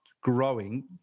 growing